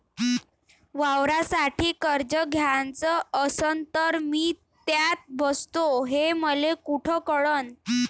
वावरासाठी कर्ज घ्याचं असन तर मी त्यात बसतो हे मले कुठ कळन?